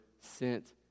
sent